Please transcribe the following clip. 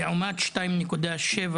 לעומת 2.7